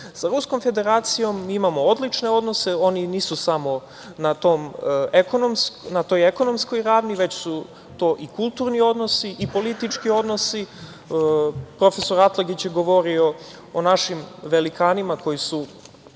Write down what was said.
Ruskom Federacijom imamo odlične odnose. Oni nisu samo na toj ekonomskoj ravni, već su to i kulturni odnosi, politički odnosi. Profesor Atlagić je govorio o našim velikanima koji su